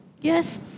Yes